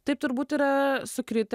taip turbūt yra sukritę